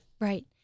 Right